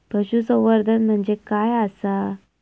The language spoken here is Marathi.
पशुसंवर्धन म्हणजे काय आसा?